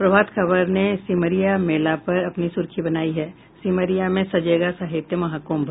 प्रभात खबर ने सिमरिया मेला पर अपनी सुर्खी बनायी है सिमरिया में सजेगा साहित्य महाकुम्भ